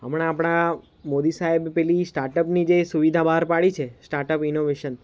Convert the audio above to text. હમણાં આપણા મોદી સાહેબે પેલી સ્ટાર્ટઅપની જે સુવિધા બહાર પાડી છે સ્ટાર્ટઅપ ઇનોવેશન